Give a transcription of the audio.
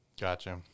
Gotcha